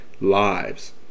lives